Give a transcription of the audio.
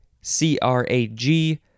C-R-A-G